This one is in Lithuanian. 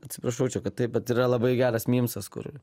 atsiprašau čia kad taip bet yra labai geras mymsas kur